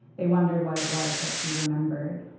they wondered what it was that she remembered.